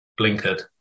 blinkered